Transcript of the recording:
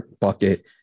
bucket